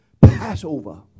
Passover